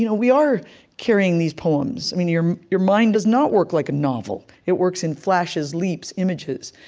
you know we are carrying these poems. your your mind does not work like a novel. it works in flashes, leaps, images.